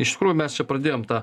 iš tikrųjų mes čia pradėjom tą